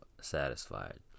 satisfied